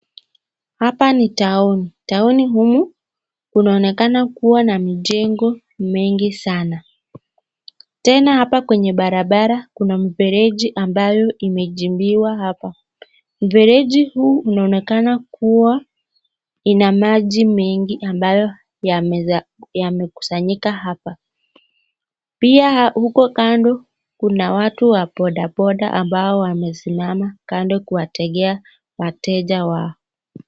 Hapa ni taoni, taoni humu unaonekana kuwa na mijengo mengi sana. Tena hapa kwenye barabara, kuna mifereji ambayo imechimbiwa hapo. Mfereji huu unaonekana kuwa ina maji mengi ambayo yamekusanyika hapa. Pia huko kando kuna watu wa bodaboda ambao wamesimama kando kuwategea wateja wao.